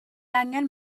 angen